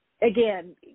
Again